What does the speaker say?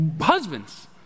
Husbands